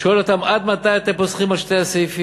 שואל אותם: עד מתי אתם פוסחים על שתי הסעיפים?